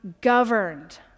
governed